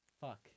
Fuck